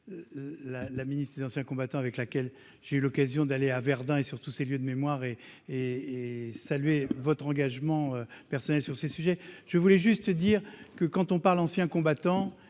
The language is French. la ministre des Anciens combattants, avec laquelle j'ai eu l'occasion d'aller à Verdun et surtout ces lieux de mémoire et et et saluer votre engagement personnel sur ces sujets, je voulais juste dire que quand on parle, anciens combattants